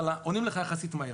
אבל עונים לך יחסית מהר.